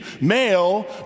male